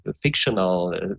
fictional